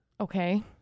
Okay